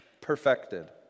perfected